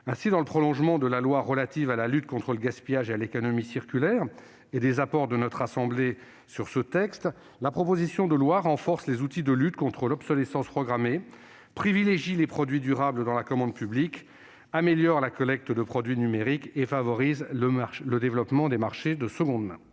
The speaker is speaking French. Ainsi, dans le prolongement de la loi relative à la lutte contre le gaspillage et à l'économie circulaire ainsi que des apports de notre assemblée sur ce texte, la présente proposition de loi renforce les outils de lutte contre l'obsolescence programmée, privilégie les produits durables dans la commande publique, améliore la collecte des produits numériques et favorise le développement du marché de seconde main.